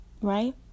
right